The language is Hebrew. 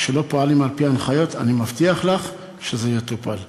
אני מבטיח לך שזה יטופל.